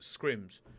scrims